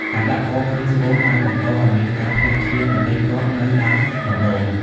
ការដាក់កងក្នុងស្បូនអាចបង្កឲ្យមានការធ្លាក់ឈាមមិនទៀងទាត់នៅដើមដំបូង។